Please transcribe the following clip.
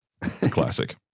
Classic